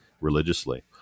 religiously